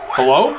Hello